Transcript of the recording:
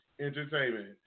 Entertainment